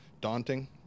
daunting